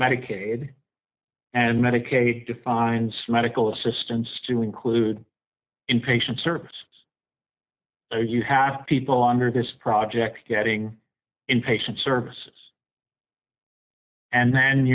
medicaid and medicaid defines medical assistance to include inpatient service or you have people under this project getting inpatient services and then